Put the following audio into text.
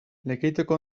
lekeitioko